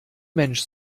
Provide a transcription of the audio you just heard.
mensch